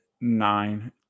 nine